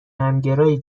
همگرای